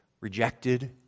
rejected